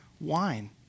wine